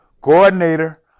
coordinator